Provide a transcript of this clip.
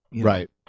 Right